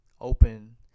open